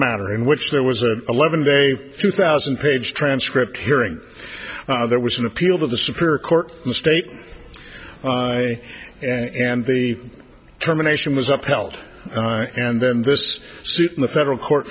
matter in which there was an eleven day two thousand page transcript hearing there was an appeal to the superior court the state and the terminations was upheld and then this suit in the federal court